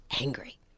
angry